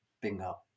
Bingo